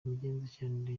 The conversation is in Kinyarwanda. n’imigendekere